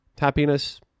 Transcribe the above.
happiness